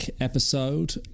episode